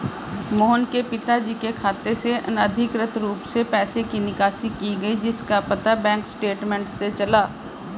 मोहन के पिताजी के खाते से अनधिकृत रूप से पैसे की निकासी की गई जिसका पता बैंक स्टेटमेंट्स से चला